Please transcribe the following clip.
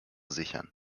sichern